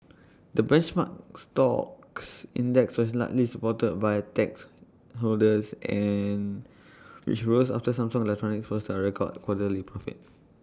the benchmark stocks index was largely supported by tech holders and which rose after Samsung electronics posted A record quarterly profit